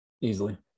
easily